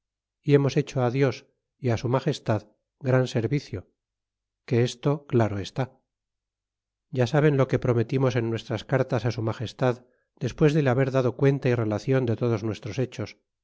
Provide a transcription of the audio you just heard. y hemos hecho dios y a su magestad gran servicio que esto claro está ya saben lo que prometimos en nuestras cartas su magestad despues de le haber dado cuenta y relacion de to dos nuestros hechos